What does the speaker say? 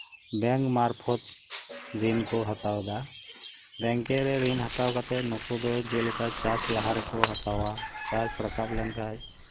bank ᱢᱟᱨᱯᱷᱚᱛ ᱨᱤᱱ ᱠᱚ ᱦᱟᱛᱟᱣᱮᱫᱟ ᱵᱮᱝᱠᱮ ᱨᱮ ᱦᱟᱛᱟᱣ ᱠᱟᱛᱮᱫ ᱱᱩᱠᱩ ᱫᱚ ᱡᱮᱞᱮᱠᱟ ᱪᱟᱥ ᱞᱟᱦᱟ ᱨᱮᱠᱚ ᱦᱟᱛᱟᱣᱟ ᱪᱟᱥ ᱨᱟᱠᱟᱵ ᱞᱮᱱᱠᱷᱟᱡ